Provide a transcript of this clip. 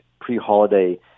pre-holiday